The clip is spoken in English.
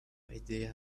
idea